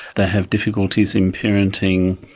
they have difficulties in parenting.